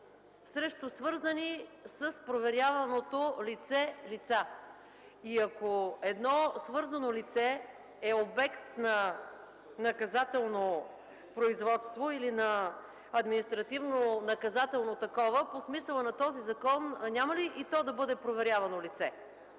срещу свързани с проверяваното лице лица? И ако едно свързано лице е обект на наказателно производство или на административнонаказателно производство по смисъла на този закон, няма ли и то да бъде проверявано лице?